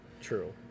True